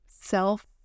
self